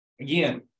Again